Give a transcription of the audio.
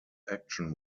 action